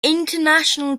international